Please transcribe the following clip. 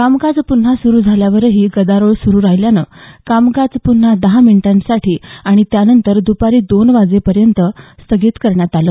कामकाज पुन्हा सुरू झाल्यावरही गदारोळ सुरुच राहिल्यानं कामकाज पुन्हा दहा मिनिटांसाठी आणि त्यानंतर दुपारी दोन वाजेपर्यंत स्थगित करण्यात आलं